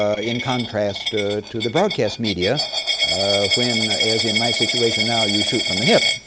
ah in contrast to to the broadcast media when as in my situation now you shoot from the hip.